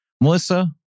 Melissa